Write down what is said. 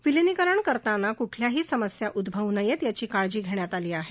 विलिनीकरण करताना क्ठल्याही समस्या उद्भवू नयेत याची काळजी घेण्यात आली आहे